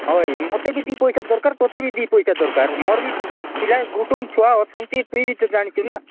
ହଉ ମୋତେ ବି ଟିକେ ଦୁଇ ପଇସା ଦରକାର ତୋତେ ବି ଦି ପଇସା ଦରକାର ମୋର ବି ପିଲା କୁଟୁମ୍ୱ ଛୁଆ ଅଛନ୍ତି ତୁ ବି ତ ଜାଣିଛୁ ନା